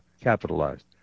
capitalized